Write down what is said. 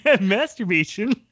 masturbation